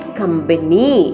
company